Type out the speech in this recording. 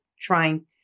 trying